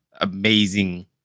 amazing